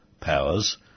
powers